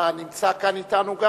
שגם נמצא כאן אתנו,